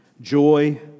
joy